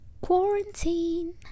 quarantine